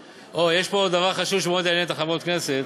יש פה עוד דבר חשוב שמאוד יעניין את חברות הכנסת: